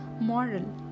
moral